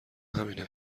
همینه